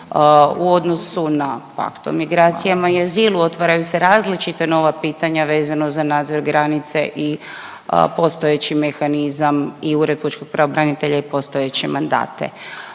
U odnosu na pak o migracijama i azilu otvaraju se različita nova pitanja vezano za nadzor granice i postojeći mehanizam i Ured pučkog pravobranitelja i postojeće mandate.